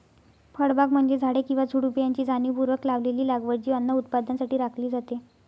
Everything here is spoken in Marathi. फळबागा म्हणजे झाडे किंवा झुडुपे यांची जाणीवपूर्वक लावलेली लागवड जी अन्न उत्पादनासाठी राखली जाते